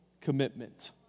commitment